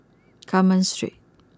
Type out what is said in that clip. Carmen Street